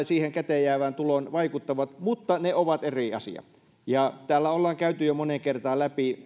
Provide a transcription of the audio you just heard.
siihen käteenjäävään tuloon vaikuttavat mutta ne ovat eri asia täällä ollaan käyty jo moneen kertaan läpi